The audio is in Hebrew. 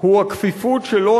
היא הכפיפות שלו,